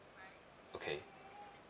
okay